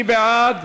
מי בעד?